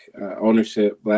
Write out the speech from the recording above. ownership